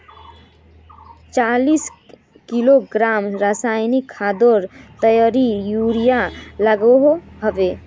चालीस किलोग्राम रासायनिक खादोत कतेरी यूरिया लागोहो होबे?